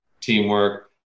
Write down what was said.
teamwork